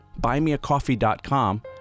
buymeacoffee.com